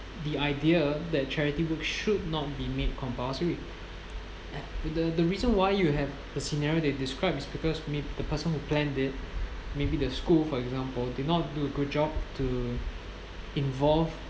the idea that charity work should not be made compulsory the the reason why you have the scenario they described is because maybe the person who planned it maybe the school for example did not do a good job to involve